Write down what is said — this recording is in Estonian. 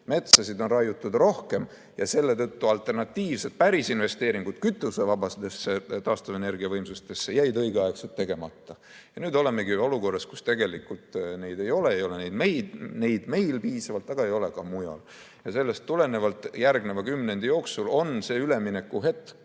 metsasid on raiutud rohkem ja selle tõttu alternatiivsed päris investeeringud kütusevabadesse taastuvenergiavõimsustesse jäid õigeaegselt tegemata. Nüüd olemegi olukorras, kus tegelikult neid ei ole – ei ole neid meil piisavalt, aga ei ole ka mujal. Sellest tulenevalt järgneva kümnendi jooksul on see üleminekuaeg,